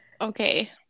Okay